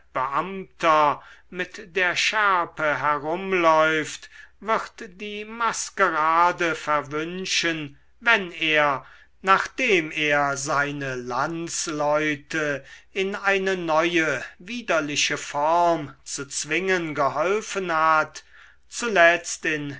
mit der schärpe herumläuft wird die maskerade verwünschen wenn er nachdem er seine landsleute in eine neue widerliche form zu zwingen geholfen hat zuletzt in